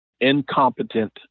incompetent